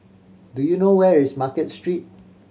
do you know where is Market Street